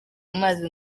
amazi